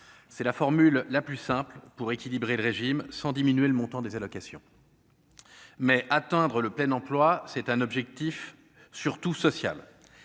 c'est la formule la plus simple pour équilibrer le régime sans diminuer le montant des allocations. Mais atteindre le plein emploi, c'est un objectif surtout sociale,